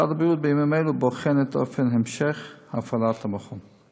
משרד הבריאות בוחן בימים אלו את אופן המשך הפעלת המכון.